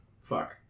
Fuck